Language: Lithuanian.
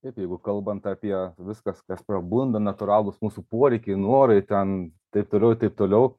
taip jeigu kalbant apie viskas kas prabunda natūralūs mūsų poreikiai norai ten taip toliau i taip toliau